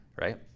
right